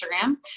Instagram